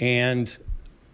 and